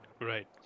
Right